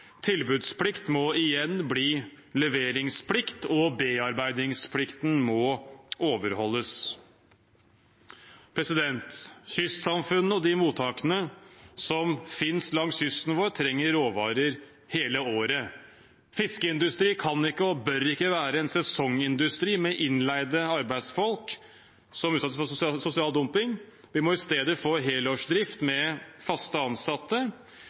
tilbudsplikt må igjen bli leveringsplikt, og bearbeidingsplikten må overholdes. Kystsamfunnene og mottakene som finnes langs kysten vår, trenger råvarer hele året. Fiskeindustri kan ikke og bør ikke være en sesongindustri med innleide arbeidsfolk som utsettes for sosial dumping. Vi må i stedet få helårsdrift med fast ansatte.